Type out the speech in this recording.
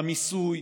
במיסוי,